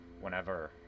whenever